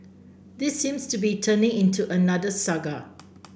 this seems to be turning into another saga